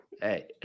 hey